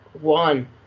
one